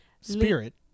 Spirit